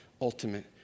ultimate